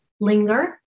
linger